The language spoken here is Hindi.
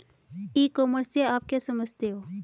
ई कॉमर्स से आप क्या समझते हो?